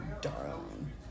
Darling